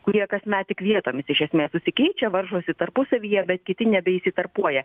kurie kasmet tik vietomis iš esmės susikeičia varžosi tarpusavyje bet kiti nebeįsitarpuoja